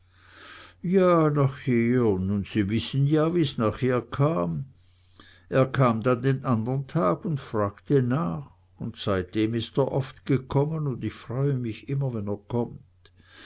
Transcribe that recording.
ja nachher nun sie wissen ja wie's nachher kam er kam dann den andern tag und fragte nach und seitdem ist er oft gekommen und ich freue mich immer wenn er kommt